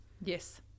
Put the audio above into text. Yes